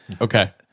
Okay